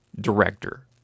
director